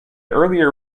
earlier